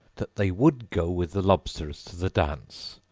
that they would go with the lobsters to the dance.